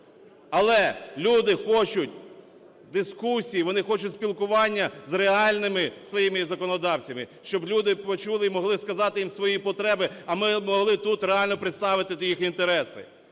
Але люди хочуть дискусії, вони хочуть спілкування з реальними своїми законодавцями, щоб люди почули і могли сказати їм свої потреби, а ми могли тут реально представити їх інтереси.